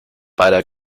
bei